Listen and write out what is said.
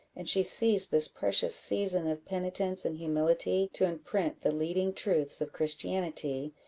and she seized this precious season of penitence and humility to imprint the leading truths of christianity,